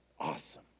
awesome